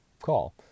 call